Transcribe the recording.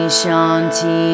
shanti